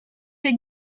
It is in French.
les